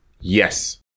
Yes